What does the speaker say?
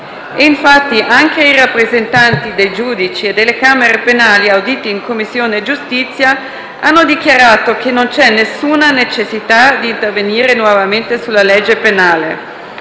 Infatti, anche i rappresentanti dei giudici e delle camere penali auditi in Commissione giustizia hanno dichiarato che non c'è alcuna necessità di intervenire nuovamente sulla legge penale.